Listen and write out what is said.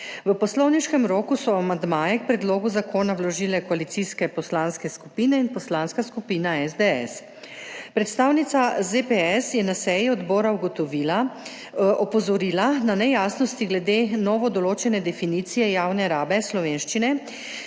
V poslovniškem roku so amandmaje k predlogu zakona vložile koalicijske poslanske skupine in Poslanska skupina SDS. Predstavnica ZPS je na seji odbora opozorila na nejasnosti glede novo določene definicije javne rabe slovenščine,